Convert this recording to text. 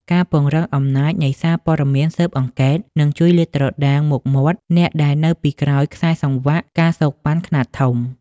ការពង្រឹង "អំណាចនៃសារព័ត៌មានស៊ើបអង្កេត" នឹងជួយលាតត្រដាងមុខមាត់អ្នកដែលនៅពីក្រោយខ្សែសង្វាក់ ការសូកប៉ាន់ ខ្នាតធំ។